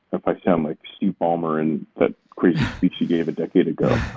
if i sound like steve ballmer in that crazy speech he gave a decade ago.